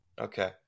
Okay